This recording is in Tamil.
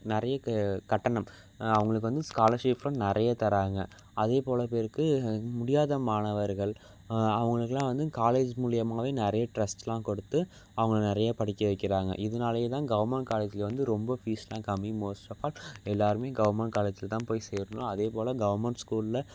நிறைய க கட்டணம் அவங்களுக்கு வந்து ஸ்காலர்ஷிஃப்ஃபும் நிறைய தர்றாங்க அதேபோல் பேருக்கு முடியாத மாணவர்கள் அவங்களுக்கெல்லாம் வந்து காலேஜ் மூலிமாவே நிறைய ட்ரஸ்ட்டெலாம் கொடுத்து அவங்கள நிறைய படிக்க வைக்கிறாங்க இதனாலையே தான் கவர்மெண்ட் காலேஜில் வந்து ரொம்ப ஃபீஸ்செலாம் கம்மி மோஸ்ட் ஆஃப் ஆல் எல்லாேருமே கவர்மெண்ட் காலேஜில் தான் போய் சேரணும் அதேபோல் கவர்மெண்ட் ஸ்கூலில்